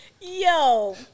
Yo